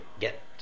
get